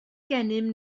gennym